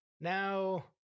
now